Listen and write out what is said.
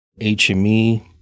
HME